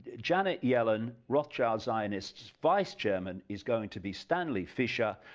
janet yellen, rothschild zionist, vice-chairman is going to be stanley fischer,